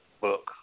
book